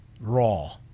raw